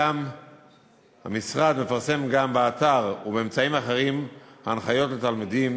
המשרד מפרסם גם באתר ובאמצעים אחרים הנחיות לתלמידים,